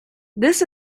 this